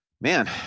Man